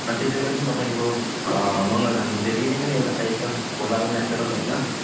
अनि त्यसै गरी नै तपाईँको मङ्गलधामको चाहिँ रेली पनि एउटा साइट छ खोला हो नेचरल होइन